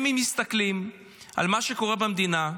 הם מסתכלים על מה שקורה במדינה,